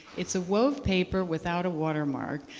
it's a wove paper without a watermark.